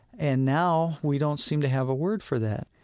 and now, we don't seem to have a word for that.